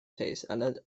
taste